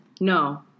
No